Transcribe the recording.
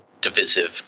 divisive